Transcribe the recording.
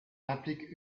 implique